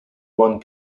one